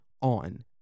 on